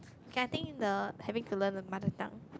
okay I think the having to learn a mother tongue